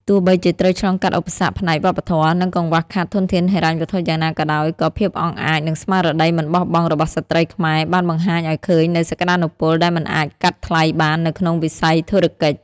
ទោះបីជាត្រូវឆ្លងកាត់ឧបសគ្គផ្នែកវប្បធម៌ និងកង្វះខាតធនធានហិរញ្ញវត្ថុយ៉ាងណាក៏ដោយ ក៏ភាពអង់អាច និងស្មារតីមិនបោះបង់របស់ស្ត្រីខ្មែរ បានបង្ហាញឱ្យឃើញនូវសក្ដានុពលដែលមិនអាចកាត់ថ្លៃបាននៅក្នុងវិស័យធុរកិច្ច។